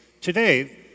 Today